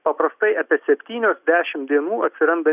paprastai apie septynios dešimt dienų atsiranda